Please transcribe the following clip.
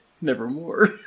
Nevermore